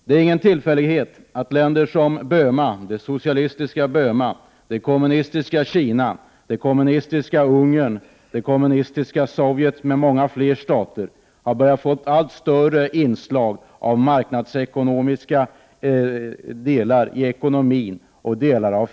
Det är ingen tillfällighet att länder som det socialistiska Burma, det kommunistiska Kina, Ungern, Sovjet och många fler stater har börjat få allt större inslag av marknadsekonomi och fri företagsamhet i ekonomin.